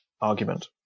argument